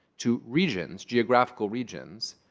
to regions, geographical regions.